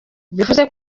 bivuze